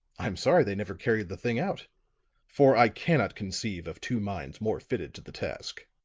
i'm sorry they never carried the thing out for i cannot conceive of two minds more fitted to the task.